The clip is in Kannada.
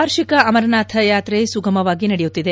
ವಾರ್ಷಿಕ ಅಮರನಾಥ ಯಾತ್ರೆ ಸುಗಮವಾಗಿ ನಡೆಯುತ್ತಿದೆ